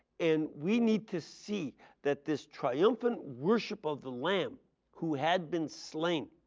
and we need to see that this triumphant worship of the lamb who had been slain